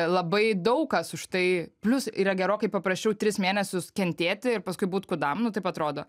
labai daug kas už tai plius yra gerokai paprasčiau tris mėnesius kentėti ir paskui būt kudam nu taip atrodo